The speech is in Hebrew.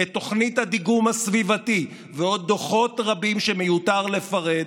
את תוכנית הדיגום הסביבתי ועוד דוחות רבים שמיותר לפרט,